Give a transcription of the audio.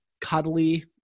cuddly